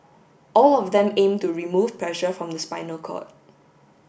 all of them aim to remove pressure from the spinal cord